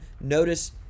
Notice